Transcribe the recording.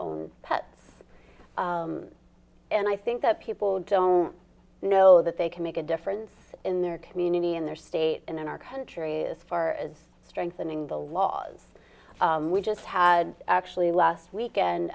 own pets and i think that people don't know that they can make a difference in their community in their state and in our country as far as strengthening the laws we just had actually last weekend